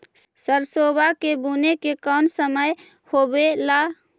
सरसोबा के बुने के कौन समय होबे ला?